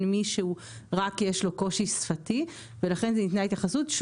מי שהוא רק יש לו קושי שפתי ולכן ניתנה ההתייחסות.